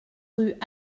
rue